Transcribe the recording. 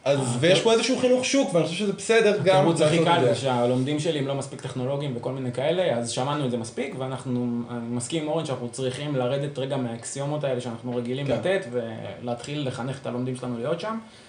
אז, אה, ויש אוקיי. פה איזשהו חינוך שוק, ואני Yeah. חושב שזה בסדר אוקיי, גם זה הכי לעשות את קל, זה. כשהלומדים שלי הם לא מספיק טכנולוגיים וכל מיני כאלה, אז שמענו את זה מספיק, ואנחנו, אני מסכים עם אורן שאנחנו צריכים לרדת רגע מהאקסיומות האלה שאנחנו רגילים אוקיי. לתת, ולהתחיל לחנך את הלומדים שלנו להיות שם.